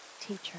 Teacher